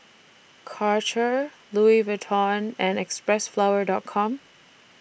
Karcher Louis Vuitton and Xpressflower Dot Com